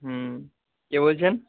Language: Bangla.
হুম কে বলছেন